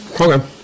Okay